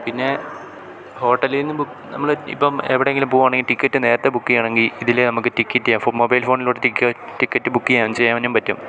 പിന്നെ ഹോട്ടലില് നിന്ന് നമ്മളിപ്പം എവിടെയെങ്കിലും പോകുകയാണെങ്കില് ടിക്കറ്റ് നേരത്തെ ബുക്ക് ചെയ്യാനാണെങ്കില് ഇതില് നമുക്ക് ടിക്കറ്റ് ബുക്ക് ചെയ്യാം മൊബൈൽ ഫോണില് നിന്ന് ടിക്കറ്റ് ബുക്ക് ചെയ്യാനും പറ്റും